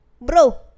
Bro